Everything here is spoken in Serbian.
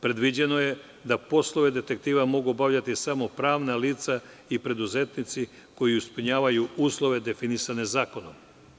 Predviđeno je da poslove detektiva mogu obavljati samo pravna lica i preduzetnici koji ispunjavaju uslove definisane zakonom.